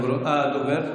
הדובר,